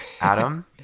Adam